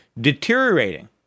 deteriorating